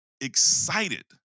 excited